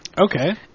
Okay